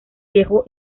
viejo